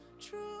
True